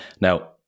Now